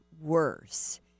worse